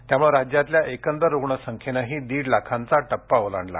त्यामुळे राज्यातल्या एकूण रुग्णसंख्येनंही दीडलाखाचा टप्पा ओलांडला